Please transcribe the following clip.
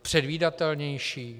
Předvídatelnější?